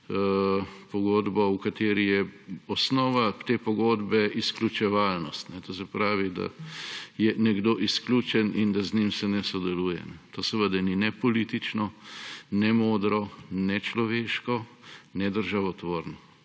pogodbo, v kateri je osnova te pogodbe izključevalnost. To se pravi, da je nekdo izključen in da z njim se ne sodeluje. To seveda ni ne politično, ne modro, ne človeško, ne državotvorno.